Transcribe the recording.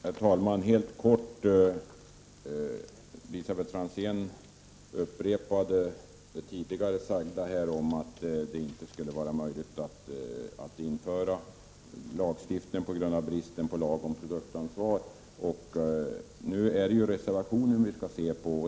Herr talman! Elisabet Franzén upprepade det tidigare sagda, att det inte skulle vara möjligt att införa lagstiftning på grund att vi inte har en lag om produktansvar. Men nu är det ju reservationen vi skall se på.